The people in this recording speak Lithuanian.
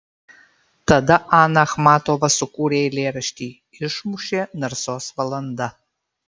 tada ana achmatova sukūrė eilėraštį išmušė narsos valanda